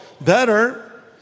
Better